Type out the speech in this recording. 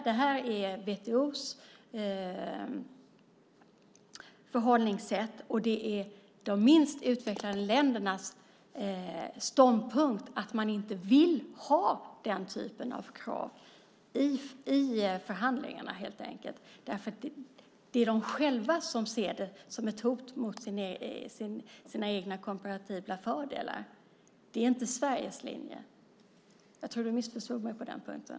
Det är WTO:s förhållningssätt, och det är de minst utvecklade ländernas ståndpunkt att de helt enkelt inte vill ha den typen av krav i förhandlingarna. Det är de själva som ser det som ett hot mot sina egna komparativa fördelar. Det är inte Sveriges linje. Jag tror som sagt att du missförstod mig på den punkten.